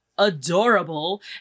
adorable